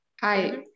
Hi